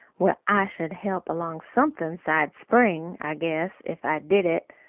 well, i should help along somethin' sides spring, i guess, if i did it.